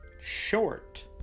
short